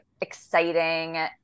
exciting